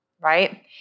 right